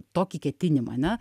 tokį ketinimą ane